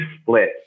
split